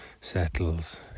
settles